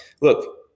Look